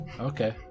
Okay